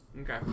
Okay